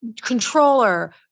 controller